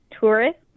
tourists